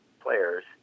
players